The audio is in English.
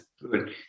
good